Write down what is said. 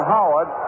Howard